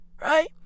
Right